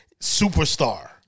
superstar